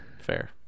Fair